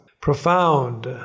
profound